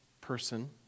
person